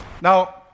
Now